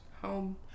Home